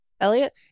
Elliot